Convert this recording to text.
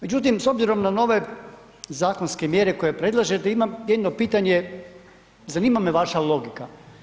Međutim, s obzirom na nove zakonske mjere koje predlažete imam jedno pitanje, zanima me vaša logika.